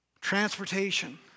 transportation